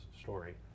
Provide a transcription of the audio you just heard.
story